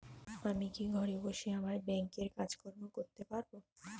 আমি কি ঘরে বসে আমার ব্যাংকের কাজকর্ম করতে পারব?